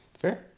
Fair